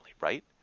right